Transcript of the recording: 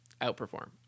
outperform